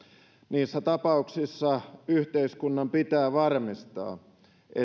niissä tapauksissa yhteiskunnan pitää varmistaa